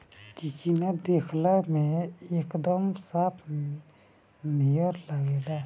चिचिना देखला में एकदम सांप नियर लागेला